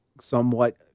somewhat